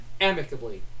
amicably